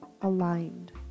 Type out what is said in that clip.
aligned